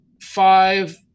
five